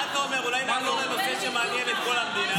מה אתה אומר שנעבור לנושא שמעניין את כל המדינה?